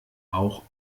auch